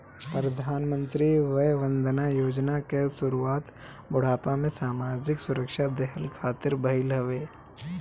प्रधानमंत्री वय वंदना योजना कअ शुरुआत बुढ़ापा में सामाजिक सुरक्षा देहला खातिर भईल हवे